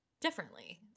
differently